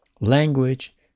language